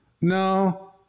No